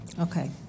Okay